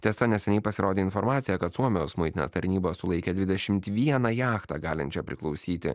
tiesa neseniai pasirodė informacija kad suomijos muitinės tarnyba sulaikė dvidešimt vieną jachtą galinčią priklausyti